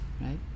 right